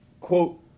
quote